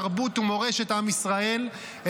תרבות ומורשת עם ישראל,